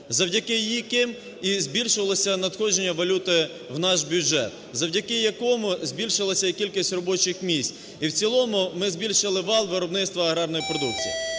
завдяки яким і збільшувалось надходження валюти в наш бюджет, завдяки якому збільшилась і кількість робочих місць. І в цілому ми збільшили вал виробництва аграрної продукції.